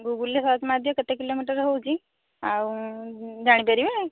ଗୁଗୁଲ୍ରେ search ମାରିଦିଅ କେତେ kilometre ହେଉଛି ଆଉ ଜାଣିପାରିବେ